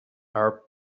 are